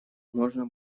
можно